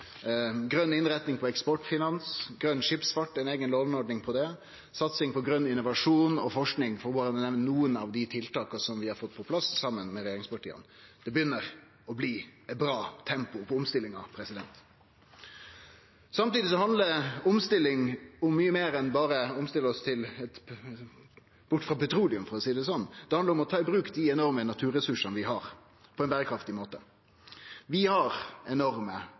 grøn innretning på eksportfinans, ei eiga låneordning på grøn skipsfart og satsing på grøn innovasjon og forsking, berre for å nemne nokre av dei tiltaka vi har fått på plass saman med regjeringspartia. Det byrjar å bli eit bra tempo på omstillinga. Samtidig handlar omstilling om mykje meir enn berre å omstille oss bort frå petroleum, for å seie det sånn. Det handlar om å ta i bruk dei enorme naturressursane vi har, på ein berekraftig måte. Vi har enorme